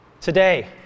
today